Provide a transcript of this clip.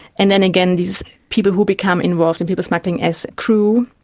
and then again, these people who become involved in people smuggling as crew,